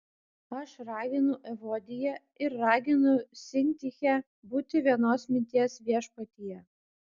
aš raginu evodiją ir raginu sintichę būti vienos minties viešpatyje